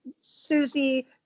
Susie